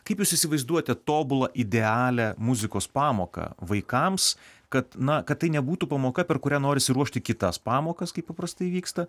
kaip jūs įsivaizduojate tobulą idealią muzikos pamoką vaikams kad na kad tai nebūtų pamoka per kurią norisi ruošti kitas pamokas kaip paprastai vyksta